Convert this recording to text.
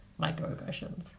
Microaggressions